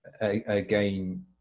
again